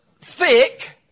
thick